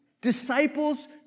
Disciples